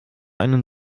einen